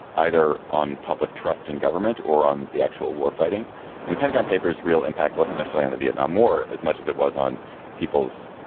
either on public trust in government or on the actual war fighting in and the pentagon papers? real impact wasn't there solely on the vietnam war as much as it was on people's